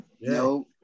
No